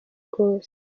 bwose